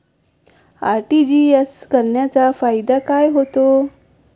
RTGS करण्याचा फायदा काय होतो?